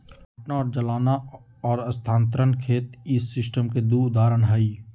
काटना और जलाना और स्थानांतरण खेत इस सिस्टम के दु उदाहरण हई